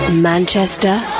Manchester